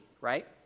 right